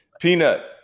Peanut